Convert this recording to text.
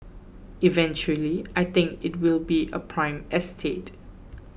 eventually I think it will be a prime estate